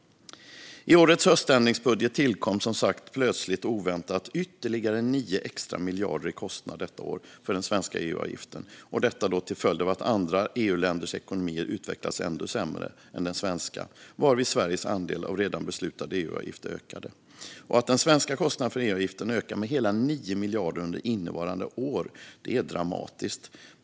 I årets höständringsbudget tillkom som sagt plötsligt och oväntat ytterligare 9 extra miljarder i kostnad detta år för den svenska EU-avgiften, detta till följd av att andra EU-länders ekonomier utvecklats ännu sämre än den svenska, varvid Sveriges andel av redan beslutad EU-avgift ökade. Att den svenska kostnaden för EU-avgiften ökar med hela 9 miljarder under innevarande år är dramatiskt.